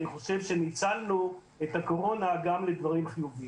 אני חושב שניצלנו את הקורונה גם לדברים חיוביים.